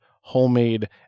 homemade